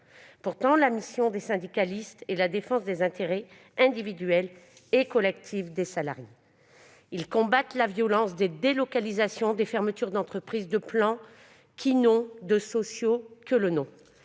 Pourtant la mission des syndicalistes est la défense des intérêts individuels et collectifs des salariés. Ils combattent la violence des délocalisations, des fermetures d'entreprises et de plans qui n'ont de sociaux que le nom.